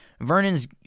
Vernon's